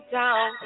down